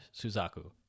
Suzaku